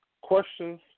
questions